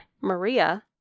Maria